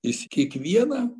jis kiekvieną